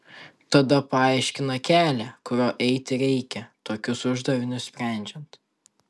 tada paaiškina kelią kuriuo eiti reikia tokius uždavinius sprendžiant